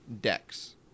decks